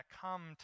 come